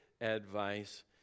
advice